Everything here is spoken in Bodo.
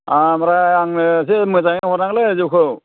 ओमफ्राय आंनो एसे मोजाङै हरनांगोनलै जौखौ